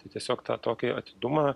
tai tiesiog tą tokį atidumą